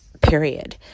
Period